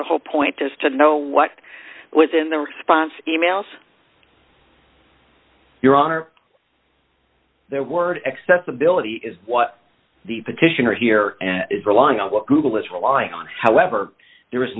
the whole point is to know what was in the response emails your honor their word accessibility is what the petitioner here is relying on what google is relying on however there